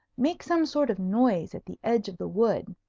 make some sort of noise at the edge of the wood.